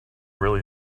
really